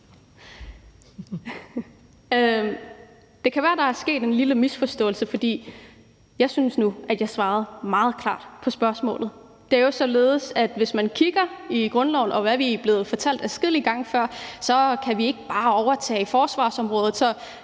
Det kan være, der er sket en lille misforståelse, for jeg synes nu, at jeg svarede meget klart på spørgsmålet. Det er jo således, at hvis man kigger i grundloven og på, hvad vi er blevet fortalt adskillige gange før, kan vi ikke bare overtage forsvarsområdet. Så